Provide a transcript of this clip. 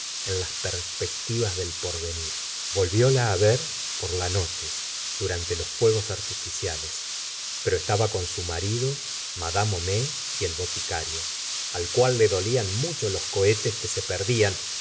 en las perspectivas del porvenir volvióla ver por la noche durante los fuegos artificiales pero estaba con su marido mad homais y el boticario al cual le dolían mucho los cohetes que se perdían